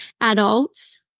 adults